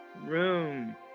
Room